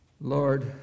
Lord